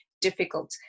difficult